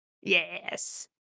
Yes